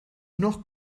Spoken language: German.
noch